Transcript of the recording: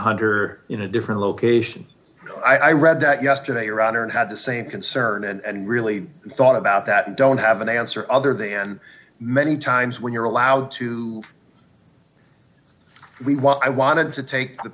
hunter in a different location i read that yesterday your honor and had the same concern and really thought about that and don't have an answer other than many times when you're allowed to leave well i wanted to take the